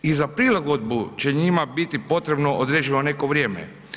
I za prilagodbu će njima biti potrebno određeno neko vrijeme.